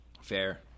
Fair